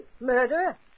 Murder